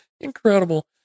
incredible